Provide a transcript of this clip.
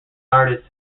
artists